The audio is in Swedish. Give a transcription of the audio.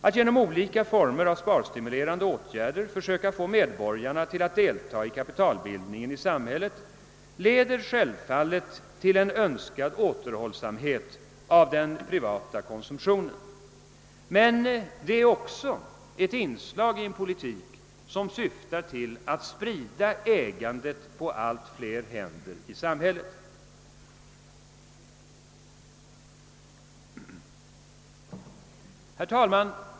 Att genom olika former av sparstimulerande åtgärder försöka få medborgarna att deltaga i kapitalbildningen i samhället leder självfallet till en önskad återhållsamhet av den privata konsumtionen, men det är också ett inslag i en politik som syftar till att sprida ägandet på allt fler händer i samhället. Herr talman!